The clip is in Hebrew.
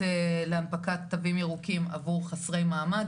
להנפקת תווים ירוקים עבור חסרי מעמד.